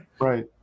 Right